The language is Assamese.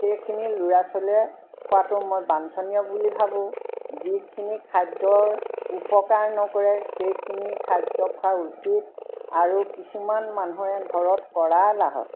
সেইখিনি ল'ৰা ছোৱালীয়ে খোৱাটো মই বাঞ্চনীয় বুলি ভাবোঁ যিখিনি খাদ্যৰ উপকাৰ নকৰে সেইখিনি খাদ্য খোৱাৰ উচিত আৰু কিছুমান মানুহে ঘৰত কৰা লাহক